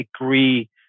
agree